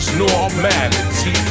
normality